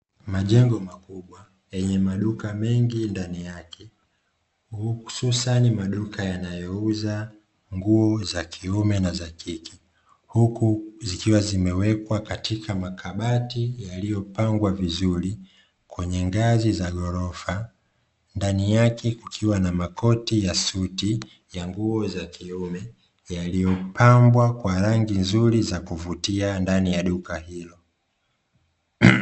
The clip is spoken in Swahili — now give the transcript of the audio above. Majengo makubwa yenye maduka mengi ndani yake hususan maduka yanayouza nguo za kiume na za kike huku zikiwa zimewekwa katika makabati yaliyopangwa vizuri kwenye ngazi za ghorofa ndani yake kukiwa na makoti ya suti ya nguo za kiume yaliyopambwa kwa rangi nzuri za kuvutia ndani ya duka hilo